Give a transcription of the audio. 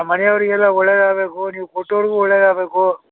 ನಮ್ಮ ಮನೆಯವರಿಗೆಲ್ಲ ಒಳ್ಳೆಯದಾಗ್ಬೇಕು ನೀವು ಕೊಟ್ಟೋರಿಗೂ ಒಳ್ಳೆಯದಾಗ್ಬೇಕು